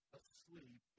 asleep